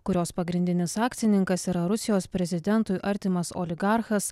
kurios pagrindinis akcininkas yra rusijos prezidentui artimas oligarchas